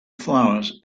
flowers